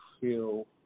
feel